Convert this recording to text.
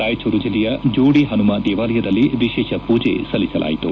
ರಾಯಚೂರು ಜಿಲ್ಲೆಯ ಜೋಡಿ ಪನುಮ ದೇವಾಲಯದಲ್ಲಿ ವಿಶೇಷ ಪೂಜೆ ಸಲ್ಲಿಸಲಾಯಿತು